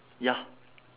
ya